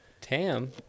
Tam